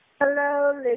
Hello